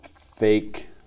fake